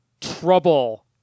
trouble